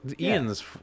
Ian's